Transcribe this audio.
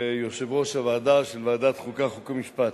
ויושב-ראש הוועדה, שזאת ועדת חוקה, חוק ומשפט.